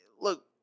look